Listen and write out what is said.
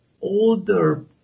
older